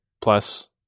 Plus